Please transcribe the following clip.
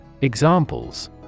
Examples